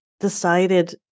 decided